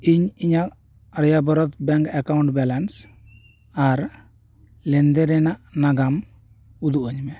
ᱤᱧ ᱤᱧᱟᱹᱜ ᱟᱨᱮᱭᱟᱵᱚᱨᱚᱛ ᱵᱮᱝᱠ ᱟᱠᱟᱣᱩᱴ ᱵᱮᱞᱮᱱᱥ ᱟᱨ ᱞᱮᱱᱫᱮ ᱨᱮᱱᱟᱜ ᱱᱟᱜᱟᱢ ᱩᱫᱩᱜ ᱟ ᱧ ᱢᱮ